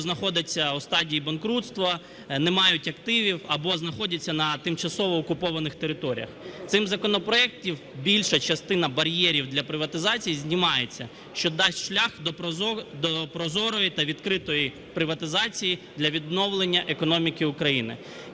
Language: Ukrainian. знаходяться у стадії банкрутства, не мають активів або знаходяться на тимчасово окупованих територіях. Цим законопроектом більша частина бар'єрів для приватизації знімається, що дасть шлях до прозорої та відкритої приватизації для відновлення економіки України.